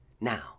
Now